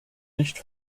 nicht